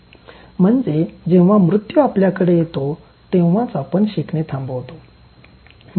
" म्हणजे जेव्हा मृत्यू आपल्याकडे येतो तेव्हाच आपण शिकणे थांबवतो